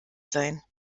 sein